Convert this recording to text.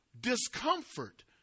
discomfort